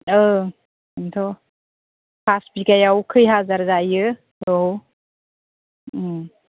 औ बेनोथ' फास बिगायाव खै हाजार जायो औ